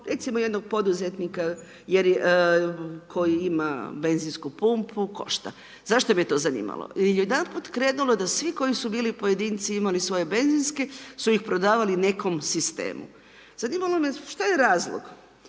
recimo jednog poduzetnika koji ima benzinsku pumpu košta. Zašto me to zanimalo? Jedanput je krenulo da svi koji su bili pojedinci i imali svoje benzinske su ih prodavali nekom sistemu. Zanimalo me šta je razlog?